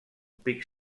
pic